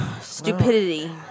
stupidity